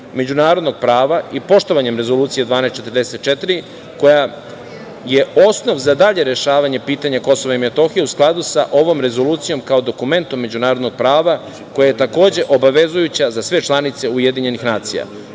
međunarodnog prava i poštovanje Rezolucije 1244 koja je osnov za dalje rešavanje pitanja KiM u skladu sa ovom Rezolucijom kao dokumentom međunarodnog prava koja je takođe obavezujuća za sve članice UN? Ovo smatramo